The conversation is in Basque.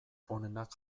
onenak